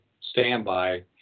standby